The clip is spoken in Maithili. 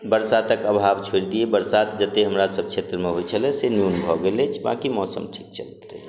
बरसातक अभाव छोड़ि दियै बरसात जते हमरा सब क्षेत्र मऽ होइ छलै से न्यून भऽ गेल अइछ बाकी मौसम ठीक चलैत रहै